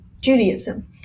Judaism